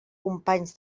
companys